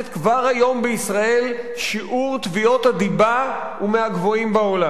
כבר היום בישראל שיעור תביעות הדיבה הוא מהגבוהים בעולם.